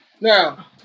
Now